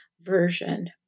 version